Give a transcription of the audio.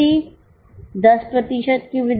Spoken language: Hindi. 10 की वृद्धि